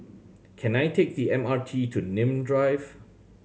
can I take the M R T to Nim Drive